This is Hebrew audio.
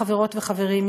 חברות וחברים,